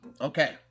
Okay